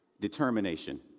Determination